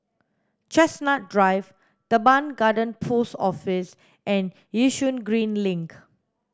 Chestnut Drive Teban Garden Post Office and Yishun Green Link